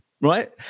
right